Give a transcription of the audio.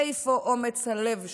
איפה אומץ הלב שלך?